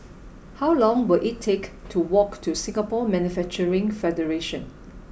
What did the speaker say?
how long will it take to walk to Singapore Manufacturing Federation